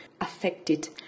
affected